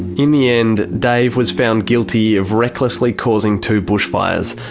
in the end, dave was found guilty of recklessly causing two bushfires,